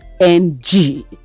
N-G